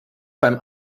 beim